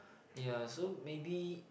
ya so maybe